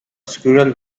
squirrel